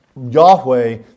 Yahweh